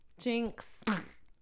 Jinx